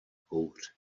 kouř